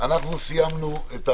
סיימנו.